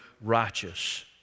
righteous